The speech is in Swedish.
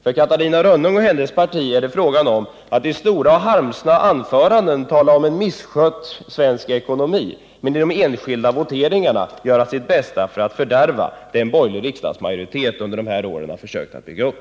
För Catarina Rönnung och hennes parti är det fråga om att i långa och harmsna anföranden tala om en misskött svensk ekonomi men i de enskilda voteringarna göra sitt bästa för att fördärva det en borgerlig majoritet under de här åren har försökt bygga upp.